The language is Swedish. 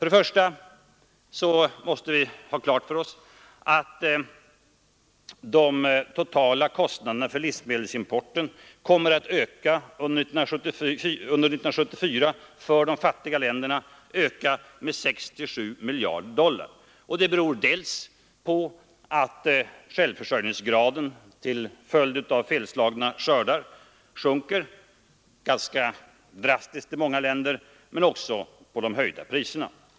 De fattiga ländernas totala kostnad för livsmedelsimport under 1974 kommer att öka med 6-7 miljarder dollar. Det beror dels på att självförsörjningsgraden till följd av felslagna skördar sjunker drastiskt i många länder, dels på de höjda priserna.